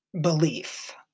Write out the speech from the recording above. belief